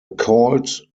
called